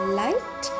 light